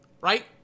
right